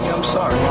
i'm sorry.